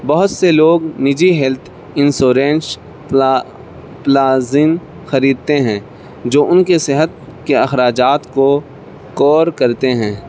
بہت سے لوگ نجی ہیلتھ انشورنس پلانس خریدتے ہیں جو ان کے صحت کے اخراجات کو کور کرتے ہیں